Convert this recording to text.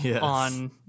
on